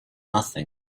nothing